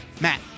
Matt